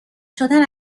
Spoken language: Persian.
شدن